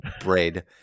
bread